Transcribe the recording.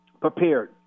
prepared